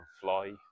fly